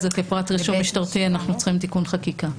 זה כפרט רישום משטרתי אנחנו צריכים תיקון חקיקה.